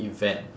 event